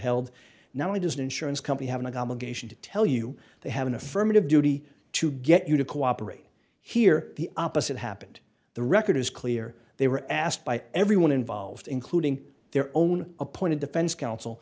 held not only does an insurance company have an obligation to tell you they have an affirmative duty to get you to cooperate here the opposite happened the record is clear they were asked by everyone involved including their own appointed defense counsel